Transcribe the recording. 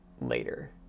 later